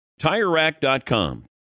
TireRack.com